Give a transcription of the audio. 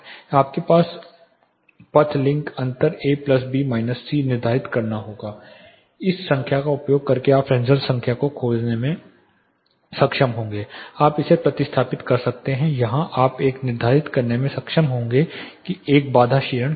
सबसे पहले आपको पथ लिंक अंतर A plus B minus C निर्धारित करना होगा इस संख्या का उपयोग करके आप फ्रेस्नेल नंबर को खोजने में सक्षम होंगे आप इसे आगे प्रतिस्थापित करते हैं यहां आप यह निर्धारित करने में सक्षम होंगे कि एक बाधा क्षीणन क्या है